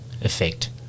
effect